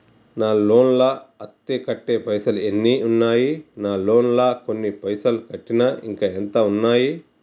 నా లోన్ లా అత్తే కట్టే పైసల్ ఎన్ని ఉన్నాయి నా లోన్ లా కొన్ని పైసల్ కట్టిన ఇంకా ఎంత ఉన్నాయి?